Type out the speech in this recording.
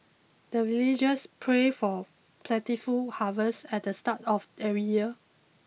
the villagers pray for plentiful harvest at the start of every year